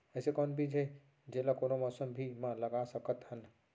अइसे कौन बीज हे, जेला कोनो मौसम भी मा लगा सकत हन?